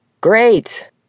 Great